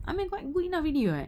I mean quite good enough already [what]